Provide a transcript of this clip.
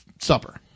supper